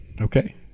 okay